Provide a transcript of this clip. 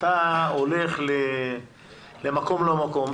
אתה הולך למקום לא מקום.